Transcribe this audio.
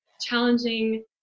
challenging